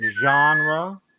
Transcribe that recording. genre